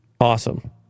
awesome